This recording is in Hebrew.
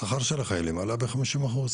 השכר של החיילים עלה בחמישים אחוז,